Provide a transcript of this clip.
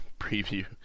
preview